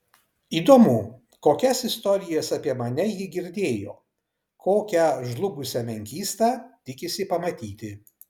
įdomu kokias istorijas apie mane ji girdėjo kokią žlugusią menkystą tikisi pamatyti